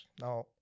Now